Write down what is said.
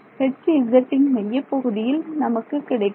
Hz மையப்பகுதியில் நமக்கு கிடைக்கும்